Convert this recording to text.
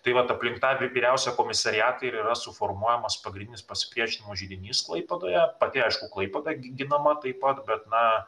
tai vat aplink tą vyriausią komisariatą ir yra suformuojamas pagrindinis pasipriešinimo židinys klaipėdoje pati aišku klaipėda ginama taip pat bet na